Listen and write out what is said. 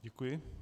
Děkuji.